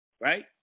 Right